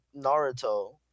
Naruto